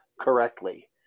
correctly